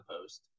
post